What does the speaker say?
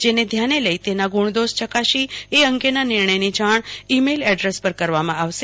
જને ધ્યાને લઈ તેના ગુણદોષ ચકાસી એ અંગેના નિર્ણયની જાણ ઈ મેઈલ એડ્રેસ પર કરવામાં આવશે